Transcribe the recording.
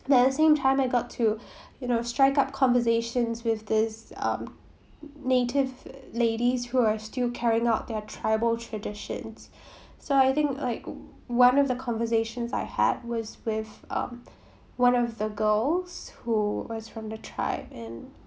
at the same time I got to you know strike up conversations with this um native ladies who are still carrying out their tribal traditions so I think like one of the conversations I had was with um one of the girls who was from the tribe and